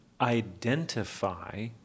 identify